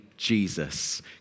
Jesus